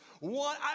one